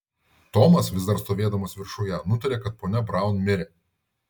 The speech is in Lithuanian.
tomas vis dar stovėdamas viršuje nutarė kad ponia braun mirė